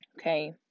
okay